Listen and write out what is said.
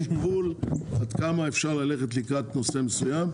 יש גבול עד כמה אפשר ללכת לקראת נושא מסוים.